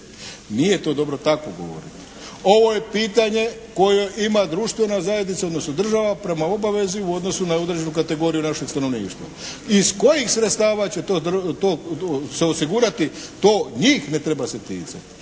Nije to dobro tako govoriti. Ovo je pitanje koje ima društvena zajednica, odnosno država prema obavezi u odnosu na određenu kategoriju našeg stanovništva. Iz kojih sredstava će to se osigurati, to njih ne treba se ticati